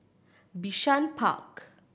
Bishan Park